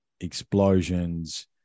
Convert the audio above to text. explosions